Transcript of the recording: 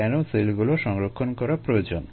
কেন সেলগুলো সংরক্ষণ করা প্রয়োজন